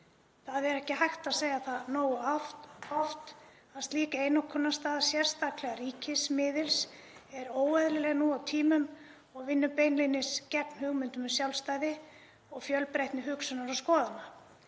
Það er ekki hægt að segja það nógu oft að slík einokunarstaða, sérstaklega ríkismiðils, er óeðlileg nú á tímum og vinnur beinlínis gegn hugmyndum um sjálfstæði og fjölbreytni hugsunar og skoðana.